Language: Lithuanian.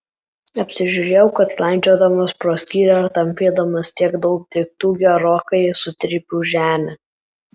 apsižiūrėjau kad landžiodamas pro skylę ir tampydamas tiek daug daiktų gerokai sutrypiau žemę